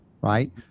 right